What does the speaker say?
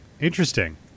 interesting